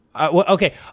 Okay